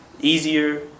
easier